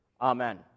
amen